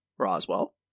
roswell